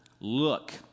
look